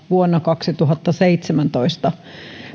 vuonna kaksituhattaseitsemäntoista